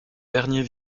dernier